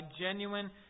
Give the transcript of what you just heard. genuine